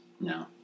No